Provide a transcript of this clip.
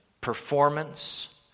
performance